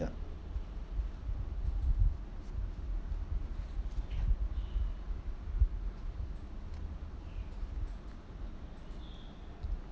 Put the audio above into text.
ya